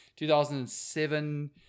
2007